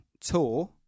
tour